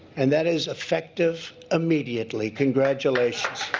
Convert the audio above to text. and that is effective immediately. congratulations.